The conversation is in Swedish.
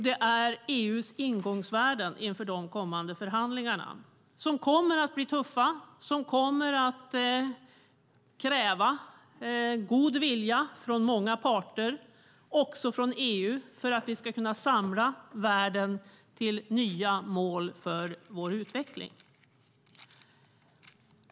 Det gäller EU:s ingångsvärden inför de kommande förhandlingarna, som kommer att bli tuffa och som kommer att kräva god vilja från många parter - också från EU - för att vi ska kunna samla världen till nya mål för vår utveckling.